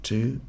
Two